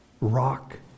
Rock